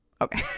Okay